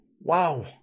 wow